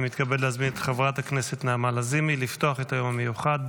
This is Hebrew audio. אני מתכבד להזמין את חברת הכנסת נעמה לזימי לפתוח את היום המיוחד.